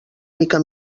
mica